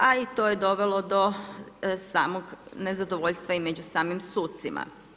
A i to je dovelo do samog nezadovoljstva i među samim sucima.